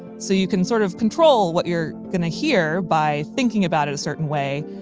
so you can sort of control what you're gonna hear by thinking about it a certain way,